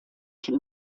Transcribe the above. can